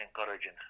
encouraging